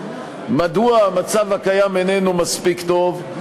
מדוע המצב הקיים איננו מספיק טוב,